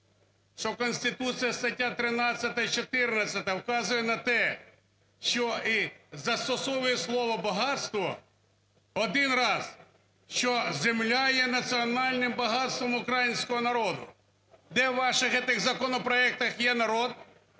Конституції стаття 13 і 14 вказують на те, що… застосовує слово "багатство" один раз, що земля є національним багатством українського народу. Де в ваших тих законопроектах є народ?